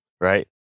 right